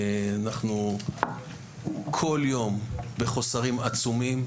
אנחנו בכל יום בחוסרים עצומים,